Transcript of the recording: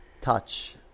touch